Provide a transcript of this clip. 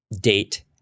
date